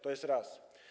To jest raz.